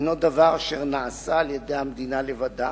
אינו דבר אשר נעשה על-ידי המדינה לבד,